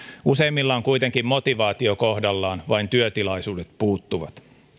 useimmilla on kuitenkin motivaatio kohdallaan vain työtilaisuudet puuttuvat